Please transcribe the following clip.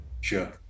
Sure